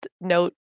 note